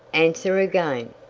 answer again!